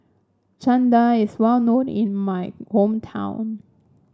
Chana Dal is well known in my hometown